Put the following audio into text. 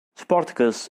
spartacus